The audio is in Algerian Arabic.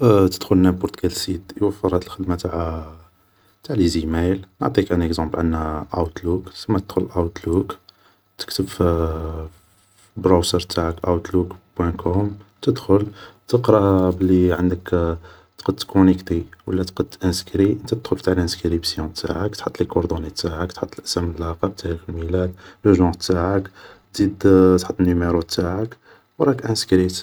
تدخل نامبورت كال سيت يوفر هاد الخدمة تاع, تاع لي زيمايل, نعطيك ان اكزومبل, عندنا اوتلوك, تكتب في البراوسر تاعك اوتلوك بوان كوم, تدخل, تقرى بلي عندك تقد تكونيكتي ولا تقد تانسكري, نتا تدخل في تاع لانسكريبسيون تاعك, تحط لي كوردوني تاعك, تحط لاسم اللقب تاريخ الميلاد, لو جونر تاعك, تزيد تحط النيميرو تاعك, و راك انسكريت